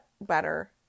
better